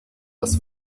das